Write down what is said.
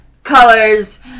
colors